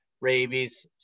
rabies